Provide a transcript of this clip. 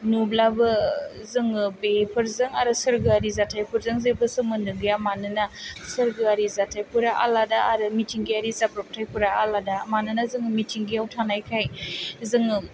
नुब्लाबो जोङो बेफोरजों आरो सोरगोयारि जाथायफोरजों जेबो सोमोन्दो गैया मानोना सोरगोयारि जाथाइफोरा आलादा आरो मिथिंगायारि जाब्रबथाइ फोरा आलादा मानोना जोङो मिथिंगायाव थानायखाय जोङो